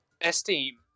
Esteem